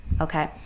okay